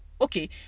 Okay